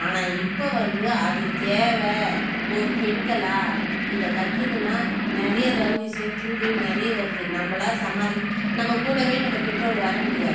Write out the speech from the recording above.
ஆனால் இப்போ வந்து அது தேவை ஒரு பெண்களாக இதை கத்துக்கினால் நிறைய ரௌடிசம் திருடு நிறைய வருது நம்மளா சமாளிக்கணும் நம்ம கூடவே நம்ம பெற்றோர் வர முடியாது